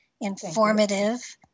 informative